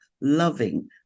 loving